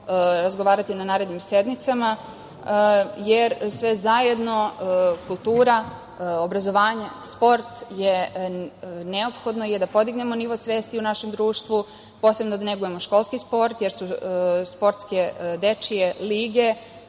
razgovarati na narednim sednicama. Sve zajedno, kultura, obrazovanje, sport, neophodno je da podignemo nivo svesti u našem društvu, posebno da negujemo školski sport, jer nas sportske dečije lige